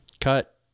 Cut